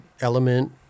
Element